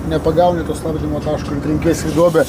nepagauni to stabdymo taško ir trenkiesi į duobę